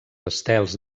estels